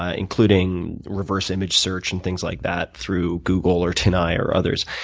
ah including reverse-image search and things like that through google or ten i or others.